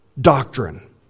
doctrine